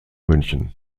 münchen